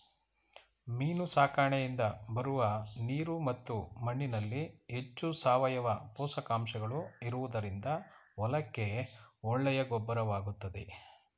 ಮೀನು ಸಾಕಣೆಯಿಂದ ಬರುವ ನೀರು ಮತ್ತು ಮಣ್ಣಿನಲ್ಲಿ ಹೆಚ್ಚು ಸಾವಯವ ಪೋಷಕಾಂಶಗಳು ಇರುವುದರಿಂದ ಹೊಲಕ್ಕೆ ಒಳ್ಳೆಯ ಗೊಬ್ಬರವಾಗುತ್ತದೆ